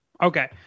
okay